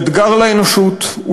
הוא אתגר לאנושות,